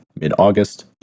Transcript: mid-August